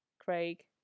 Craig